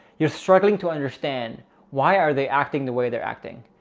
you're struggling to understand why are they acting the way they're acting?